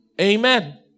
Amen